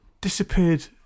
disappeared